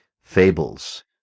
fables